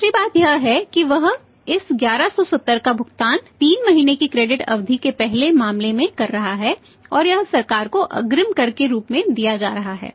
दूसरी बात यह है कि वह इस 1170 का भुगतान 3 महीने की क्रेडिट अवधि के पहले मामले में कर रहा है और यह सरकार को अग्रिम कर के रूप में दिया जा रहा है